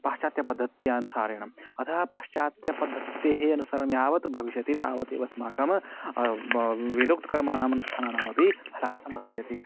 पाश्चात्य पद्धत्यनुसरणम् अतः पाश्चात्य पद्धतेः अनुसरणम्यावत् भविष्यति तावदेव अस्माकं वेदोक्तकर्माणाम् अनुष्ठानानपि ह्रासं भविष्यति